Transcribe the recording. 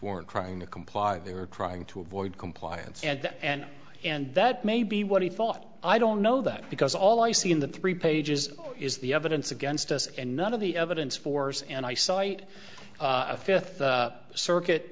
weren't trying to comply they were trying to avoid compliance and that and and that may be what he thought i don't know that because all i see in the three pages is the evidence against us and none of the evidence force and i cite a fifth circuit